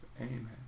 Amen